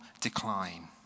decline